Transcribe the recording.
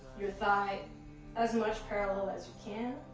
your thigh as much parallel as you can,